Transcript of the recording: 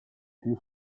più